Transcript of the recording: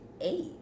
eight